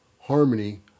harmony